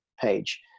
page